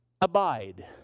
abide